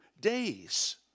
days